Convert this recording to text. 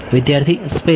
વિદ્યાર્થી સ્પેસ